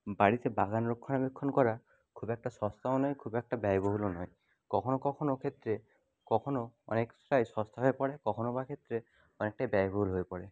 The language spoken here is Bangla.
বাড়িতে বাগান রক্ষণাবেক্ষণ করা খুব একটা সস্তাও নয় খুব একটা ব্যয়বহুলও নয় কখনো কখনো ক্ষেত্রে কখনো অনেকটাই সস্তা হয়ে পড়ে কখনো বা ক্ষেত্রে অনেকটাই ব্যয়বহুল হয়ে পড়ে